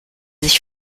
sich